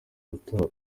matora